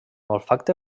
olfacte